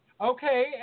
Okay